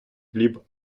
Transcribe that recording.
хліб